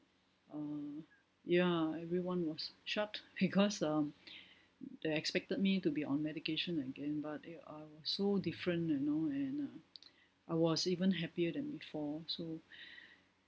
err ya everyone was shocked because um they expected me to be on medication again but they uh I was so different you know and uh I was even happier than before so